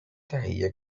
تهیه